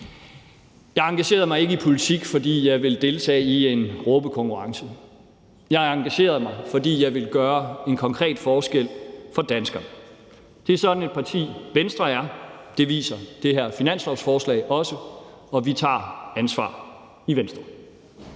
Jeg engagerede mig ikke i politik, fordi jeg ville deltage i en råbekonkurrence. Jeg engagerede mig, fordi jeg ville gøre en konkret forskel for danskerne. Det er sådan et parti, Venstre er. Det viser det her finanslovsforslag også, og vi tager ansvar i Venstre.